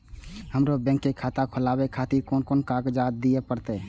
हमरो बैंक के खाता खोलाबे खातिर कोन कोन कागजात दीये परतें?